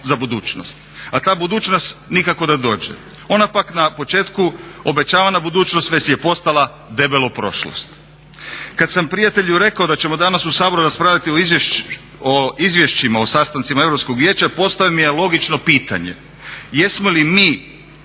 za budućnost. A ta budućnost nikako da dođe. Ona pak na početku obećavana budućnost već je postala debelo prošlost. Kad sam prijatelju rekao da ćemo danas u Saboru raspravljati o izvješćima o sastancima Europskog vijeća postavio mi je logično pitanje jesmo li mi